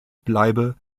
bleibe